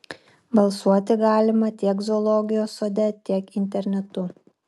balsuoti galima tiek zoologijos sode tiek internetu